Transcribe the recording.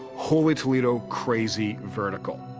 holy toledo, crazy vertical.